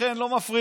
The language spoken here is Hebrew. ולכן לא מפריעים.